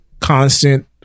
constant